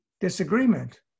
disagreement